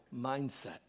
mindset